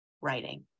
writing